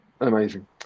Amazing